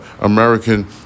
American